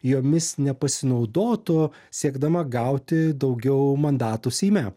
jomis nepasinaudotų siekdama gauti daugiau mandatų seime